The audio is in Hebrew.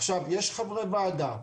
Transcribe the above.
עכשיו יש חברי ועדה,